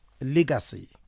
legacy